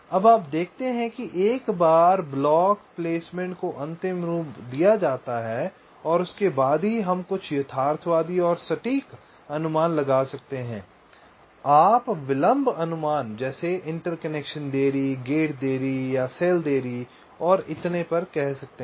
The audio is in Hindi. अब आप देखते हैं कि एक बार ब्लॉक प्लेसमेंट को अंतिम रूप दिया जाता है और उसके बाद ही हम कुछ यथार्थवादी और सटीक अनुमान लगा सकते हैं आप विलंब अनुमान जैसे इंटरकनेक्शन देरी गेट देरी या सेल देरी और इतने पर कह सकते हैं